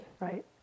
right